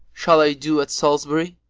shall i do at salisbury?